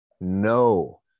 no